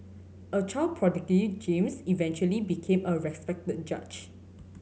a child prodigy James eventually became a respected judge